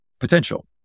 potential